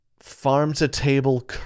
farm-to-table